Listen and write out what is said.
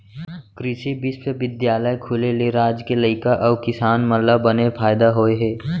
कृसि बिस्वबिद्यालय खुले ले राज के लइका अउ किसान मन ल बने फायदा होय हे